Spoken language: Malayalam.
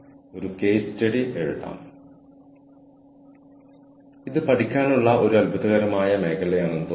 അതുപോലെ NPTEL ലെ ഈ മുഴുവൻ പ്രോഗ്രാമിലും ഭാഗമായ സമാനമായ കെട്ടിടങ്ങളിൽ